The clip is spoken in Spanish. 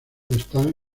están